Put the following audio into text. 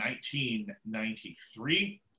1993